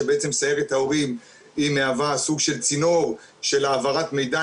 שבעצם סיירת ההורים מהווה סוג של צינור של העברת מידע,